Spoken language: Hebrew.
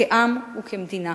כעם וכמדינה.